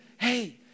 hey